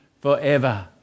forever